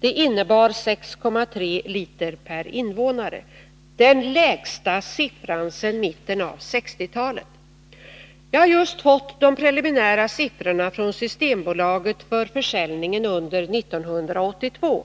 innebar 6,3 liter per invånare — den lägsta siffran sedan mitten av 1960-talet. Jag har just fått de preliminära siffrorna från Systembolaget för försäljningen under 1982.